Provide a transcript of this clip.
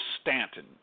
Stanton